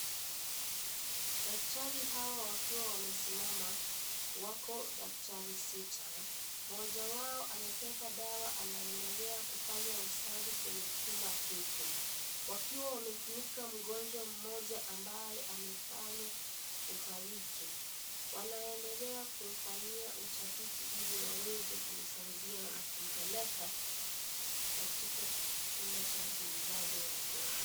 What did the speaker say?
Daktari hawa wakiwa wamesimama wako daktari sita mmoja wao amebeba dawa anaendelea kufanya usafi kwenye chumba hiki wakiwa wamefunika mgonjwa mmoja ambaye amefanya kufariki wanaendelea kufanyia utafiti ili waweze kumsaidia wanapompeleka katika chumba cha kuhifadhi wagonjwa.